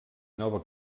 nova